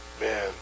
Man